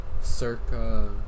Circa